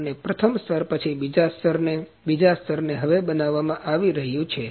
અને પ્રથમ સ્તર પછી બીજા સ્તરને બીજા સ્તરને હવે બનાવવામાં આવી રહ્યું છે